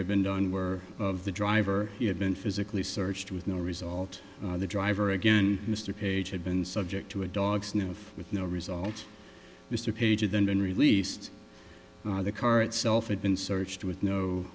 had been done were of the driver who had been physically searched with no result the driver again mr page had been subject to a dog sniff with no result mr page and then released the car itself had been searched with no